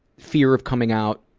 fear of coming out,